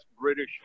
British